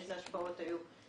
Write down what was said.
איזה השפעות היו,